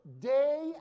day